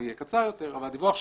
יהיה קצר יותר אבל הדיווח שלנו,